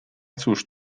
cóż